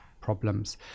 problems